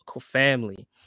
family